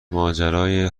ماجرای